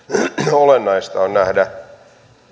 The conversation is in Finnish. olennaista on nähdä